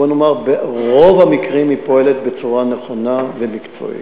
וברוב המקרים היא פועלת בצורה נכונה ומקצועית.